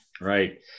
Right